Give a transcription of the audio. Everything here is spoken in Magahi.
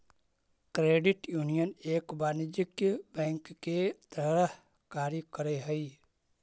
क्रेडिट यूनियन एक वाणिज्यिक बैंक के तरह कार्य करऽ हइ